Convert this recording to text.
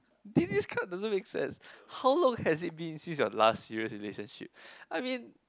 this this card doesn't make sense how long has it been since your last serious relationship I mean